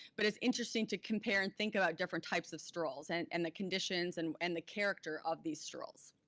but it's interesting to compare and think about different types of strolls and and the conditions and and the character of these strolls.